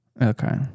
Okay